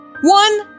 one